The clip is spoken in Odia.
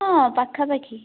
ହଁ ପାଖାପାଖି